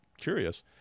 curious